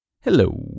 Hello